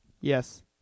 yes